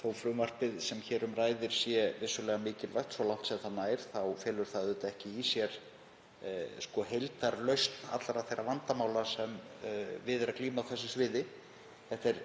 þótt frumvarpið sem hér um ræðir sé vissulega mikilvægt svo langt sem það nær, þá felur það ekki í sér heildarlausn allra þeirra vandamála sem við er að glíma á þessu sviði. Þetta er